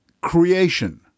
CREATION